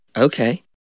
Okay